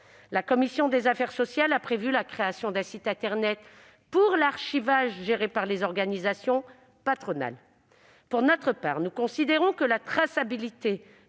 La commission des affaires sociales a prévu la création d'un site internet pour l'archivage, géré par les organisations patronales. Pour notre part, nous considérons que la traçabilité